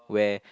where